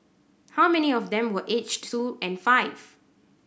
how many of them were aged two and five